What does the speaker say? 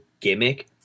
gimmick